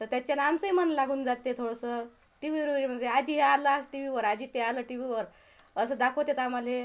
तर त्याच्यात आमचंही मन लागून जाते थोडंसं टी वीवर वगैरे आजी हे आलं आज टी वीवर आजी ते आलं टी वीवर असं दाखवतेत आमाले